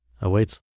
awaits